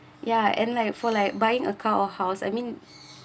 ya and like for like buying a car or house I mean